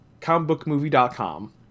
comicbookmovie.com